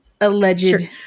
Alleged